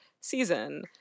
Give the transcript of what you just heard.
season